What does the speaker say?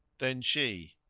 then she,